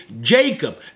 Jacob